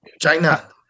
China